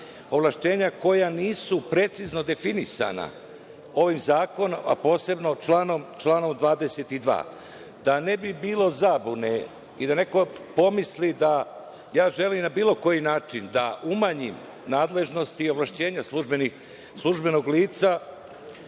ovlašćenja koja nisu precizno definisana ovim zakonom, a posebno članom 22.Da ne bi bilo zabune i da neko pomisli da ja želim na bilo koji način da umanjim nadležnosti i ovlašćenja službenog lica,